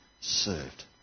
served